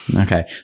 Okay